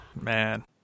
Man